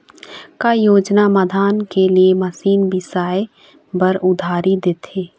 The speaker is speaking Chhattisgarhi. का योजना मे धान के लिए मशीन बिसाए बर उधारी देथे?